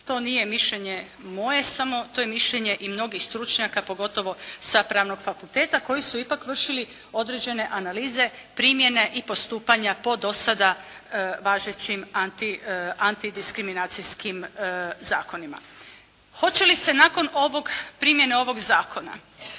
To nije mišljenje moje samo. To je mišljenje i mnogih stručnjaka pogotovo sa Pravnog fakulteta koji su ipak vršili određene analize primjene i postupanja po do sada važećim anti, antidiskriminacijskim zakonima. Hoće li se nakon ovog, primjene ovog zakona